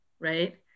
right